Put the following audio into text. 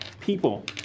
people